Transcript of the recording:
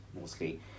mostly